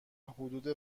حدود